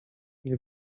nie